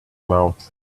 mouth